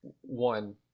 one